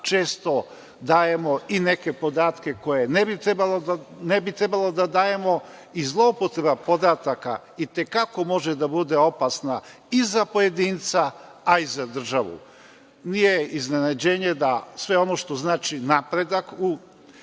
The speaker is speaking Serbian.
često dajemo i neke podatke koje ne bi trebalo da dajemo i zloupotreba podataka i te kako može da bude opasna i za pojedinca, a i za državu. Nije iznenađenje da sve ono što znači napredak u